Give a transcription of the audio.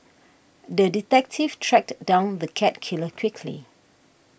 the detective tracked down the cat killer quickly